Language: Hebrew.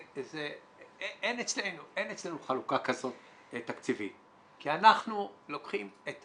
אין אצלנו חלוקה כזאת תקציבית כי אנחנו לוקחים את